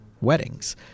weddings